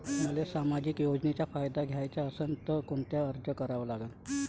मले सामाजिक योजनेचा फायदा घ्याचा असन त कोनता अर्ज करा लागन?